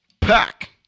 pack